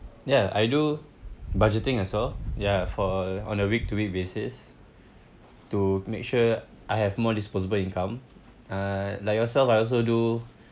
ya I do budgeting as well ya for uh on a week to week basis to make sure I have more disposable income uh like yourself I also do